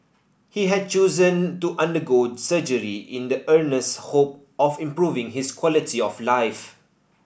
he had chosen to undergo surgery in the earnest hope of improving his quality of life